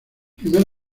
primer